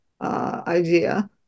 Idea